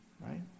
right